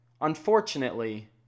unfortunately